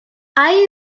hay